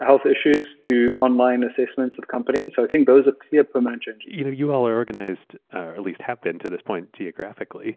health issues, do online assessments of companies. i think those are clear for management. you know you all are organized and at least have been to this point geographically.